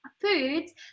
foods